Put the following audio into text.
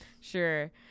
Sure